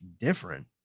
different